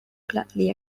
gladly